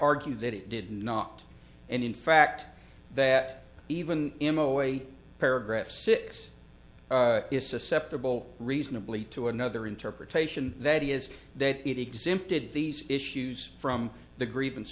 argued that it did not and in fact that even him away paragraph six is susceptible reasonably to another interpretation that is that it exempted these issues from the grievance